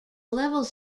levels